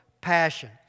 passion